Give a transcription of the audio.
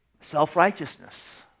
self-righteousness